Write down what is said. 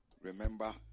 Remember